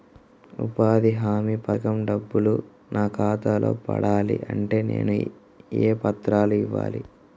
ఉపాధి హామీ పథకం డబ్బులు నా ఖాతాలో పడాలి అంటే నేను ఏ పత్రాలు ఇవ్వాలి?